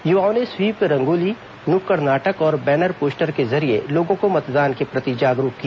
युवाओं ने स्वीप रंगोली नुक्कड़ नाटक और बैनर पोस्टर के जरिये लोगों को मतदान के प्रति जागरूक किया